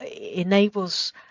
enables